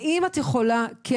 האם את יכולה לומר